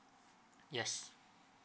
yes